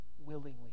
willingly